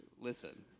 Listen